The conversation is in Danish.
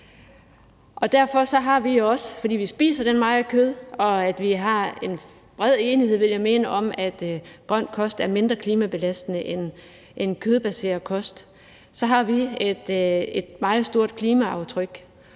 Derfor har vi også, altså fordi vi spiser meget kød – og vi har bred enighed, vil jeg mene, om, at grøn kost er mindre klimabelastende end kødbaseret kost – et meget stort klimaaftryk,